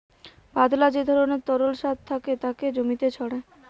পাতলা যে ধরণের তরল সার থাকে তাকে জমিতে ছড়ায়